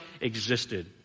existed